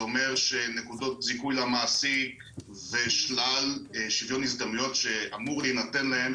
זה אומר שנקודות זיכוי למעסיק ושלל שוויון הזדמנויות שאמור להינתן להם,